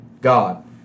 God